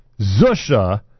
Zusha